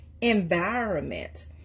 environment